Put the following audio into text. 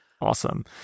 awesome